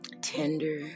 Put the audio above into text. tender